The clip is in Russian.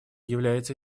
является